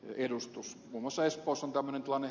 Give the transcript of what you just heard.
muun muassa espoossa on tämmöinen tilanne